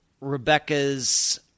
Rebecca's